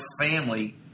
family